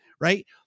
right